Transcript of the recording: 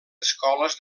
escoles